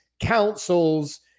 councils